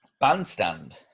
Bandstand